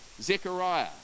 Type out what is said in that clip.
Zechariah